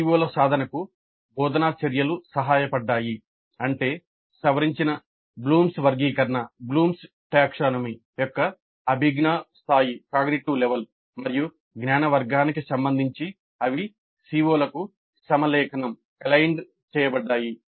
CO ల సాధనకు బోధనా చర్యలు సహాయపడ్డాయి అంటే సవరించిన బ్లూమ్స్ వర్గీకరణ చేయబడ్డాయి